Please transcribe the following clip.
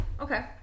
Okay